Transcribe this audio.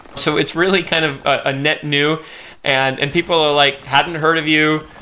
so it's really kind of a net new and and people are like hadn't heard of you.